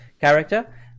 character